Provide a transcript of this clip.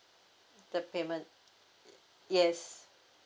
the payment yes